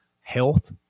health